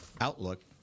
outlook